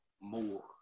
more